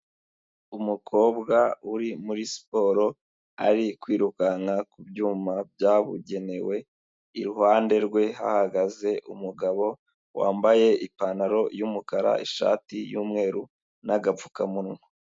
Umukobwa uri muri siporo ari kwirukanka kubyuma byabugenewe iruhande rwe hahagaze umugabo wambaye ipantaro y'umukara, ishati y'umweru, nagapfukamunwa.